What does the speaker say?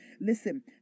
Listen